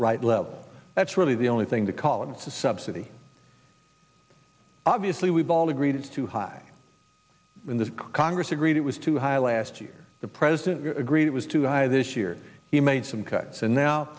right level that's really the only thing the collinses subsidy obviously we've all agreed to high in the congress agreed it was too high last year the president agreed it was too high this year he made some cuts and now